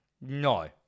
No